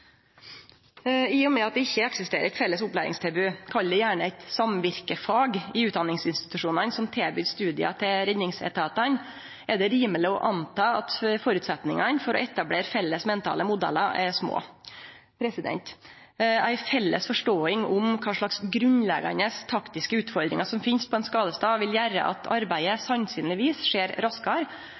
I og med at det ikkje eksisterer eit felles opplæringstilbod – kall det gjerne eit «samvirkefag» – i utdanningsinstitusjonane som tilbyr studiar til redningsetatane, er det rimeleg å anta at føresetnadene for å etablere felles mentale modellar er små. Ei felles forståing av kva slags grunnleggjande taktiske utfordringar som finst på ein skadestad, vil gjere at arbeidet sannsynligvis skjer raskare